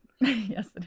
yes